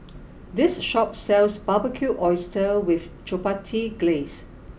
this shop sells Barbecued Oysters with Chipotle Glaze